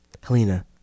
Helena